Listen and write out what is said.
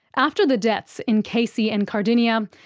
after the deaths in casey and cardinia,